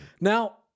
Now